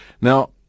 Now